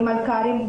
במנכ"לים,